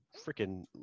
freaking